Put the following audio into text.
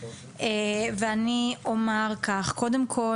ואני אומר כך: קודם כל,